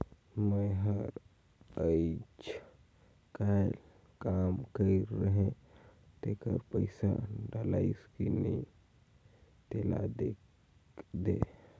मै हर अईचकायल काम कइर रहें तेकर पइसा डलाईस कि नहीं तेला देख देहे?